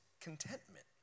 contentment